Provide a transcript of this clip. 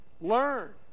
learn